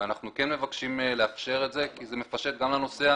אנחנו כן מבקשים לאפשר את זה כי זה מפשט גם לנוסע.